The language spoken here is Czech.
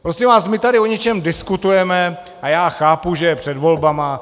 Prosím vás, my tady o něčem diskutujeme a já chápu, že je před volbami.